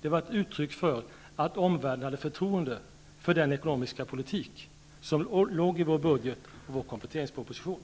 Det var ett uttryck för att omvärlden hade förtroende för den ekonomiska politik som fanns i vår budget och vår kompletteringsproposition.